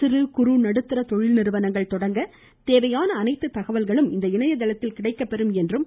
சிறுகுறு மற்றும் நடுத்தர தொழில் நிறுவனங்கள் தொடங்க தேவையான அனைத்து தகவல்களும் இந்த இணையதளத்தில் கிடைக்கபெறும் என்றும் திரு